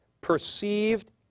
Perceived